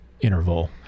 interval